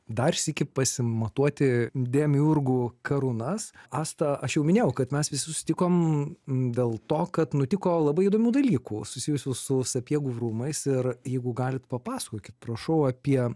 dar sykį pasimatuoti demiurgų karūnas asta aš jau minėjau kad mes vis susitikom dėl to kad nutiko labai įdomių dalykų susijusių su sapiegų rūmais ir jeigu galit papasakokit prašau apie